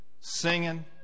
singing